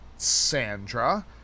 Sandra